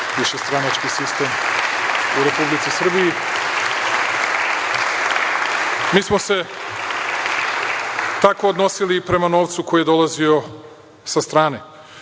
višestranački sistem u Republici Srbiji. Mi smo se tako odnosili i prema novcu koji je dolazio sa strane.